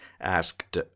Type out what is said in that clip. asked